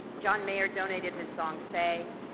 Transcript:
john mayer donated his song say,